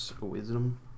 wisdom